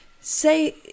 Say